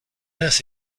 earth